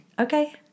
Okay